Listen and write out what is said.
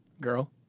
Girl